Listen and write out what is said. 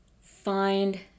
find